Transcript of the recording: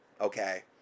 okay